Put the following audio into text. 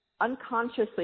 unconsciously